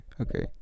okay